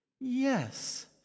Yes